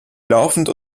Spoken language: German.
laufend